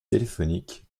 téléphonique